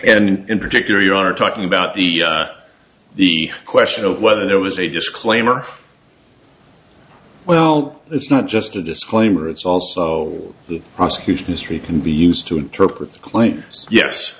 and in particular you are talking about the the question of whether there was a disclaimer well it's not just a disclaimer it's also the prosecution history can be used to interpret the claims yes